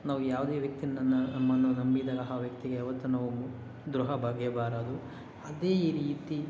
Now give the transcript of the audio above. ನಾವು ಯಾವುದೇ ವ್ಯಕ್ತಿನ್ನ ನನ್ನ ನಮ್ಮನ್ನು ನಂಬಿದಂತಹ ವ್ಯಕ್ತಿಗೆ ಯಾವತ್ತೂ ನಾವು ದ್ರೋಹ ಬಗೆಯಬಾರದು ಅದೇ ಈ ರೀತಿ